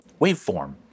waveform